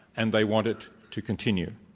and they want it to continue.